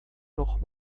noch